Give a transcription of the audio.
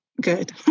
good